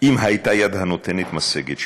אם הייתה יד הנותנת משגת,